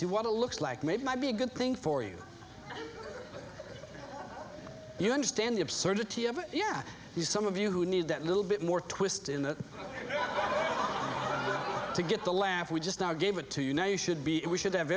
see what it looks like made might be a good thing for you you understand the absurdity of it yeah you some of you who need that little bit more twist in the way to get the laugh we just gave it to you now you should be and we should have